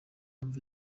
wumve